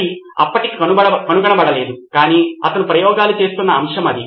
అది అప్పటికి కనుగొనబడలేదు కాని అతను ప్రయోగాలు చేస్తున్న అంశము అది